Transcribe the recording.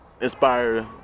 inspired